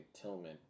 Tillman